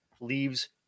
leaves